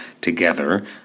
together